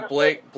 Blake